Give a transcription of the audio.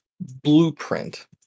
blueprint